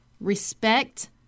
respect